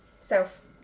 self